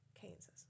Kansas